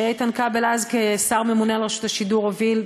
שאיתן כבל אז כשר ממונה על רשות השידור הוביל,